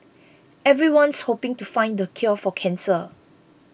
everyone's hoping to find the cure for cancer